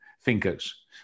thinkers